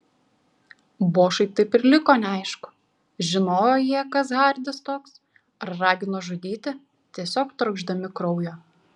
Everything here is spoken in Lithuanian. bošui taip ir liko neaišku žinojo jie kas hardis toks ar ragino žudyti tiesiog trokšdami kraujo